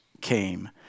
came